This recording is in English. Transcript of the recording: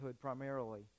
primarily